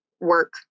work